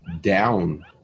down